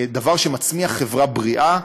דבר שמצמיח חברה בריאה,